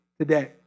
today